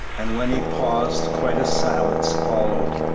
and when he paused quite a silence followed.